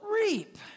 reap